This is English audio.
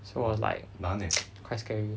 so I was like quite scary